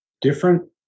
Different